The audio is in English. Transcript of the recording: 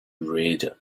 read